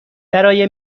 برای